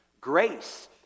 grace